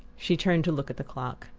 she turned to look at the clock.